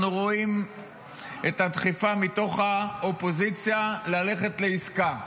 אנחנו רואים את הדחיפה מתוך האופוזיציה ללכת לעסקה,